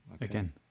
Again